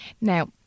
Now